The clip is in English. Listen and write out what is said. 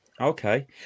Okay